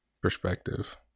perspective